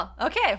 okay